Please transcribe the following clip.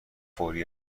فوری